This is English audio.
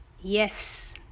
Yes